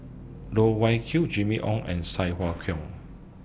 Loh Wai Kiew Jimmy Ong and Sai Hua Kuan